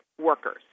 workers